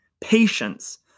patience